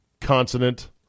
consonant